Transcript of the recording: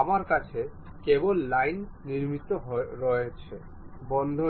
আমার কাছে কেবল লাইন নির্মিত রয়েছে বদ্ধ নেই